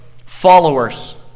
Followers